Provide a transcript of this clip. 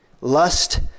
Lust